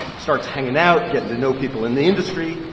starts hanging out, getting to know people in the industry.